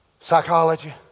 psychology